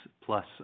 plus